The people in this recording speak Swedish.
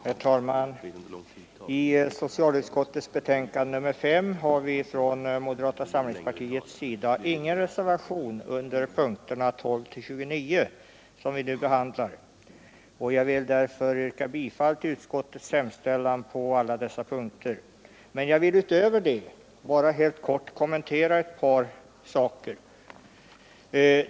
Herr talman! I socialutskottets betänkande nr 5 har vi från moderata samlingspartiets sida ingen reservation under punkterna 12—29, som vi nu behandlar. Jag vill därför yrka bifall till utskottets hemställan på alla dessa punkter. Jag vill utöver detta bara helt kort kommentera ett par punkter.